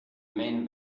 main